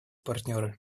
партнеры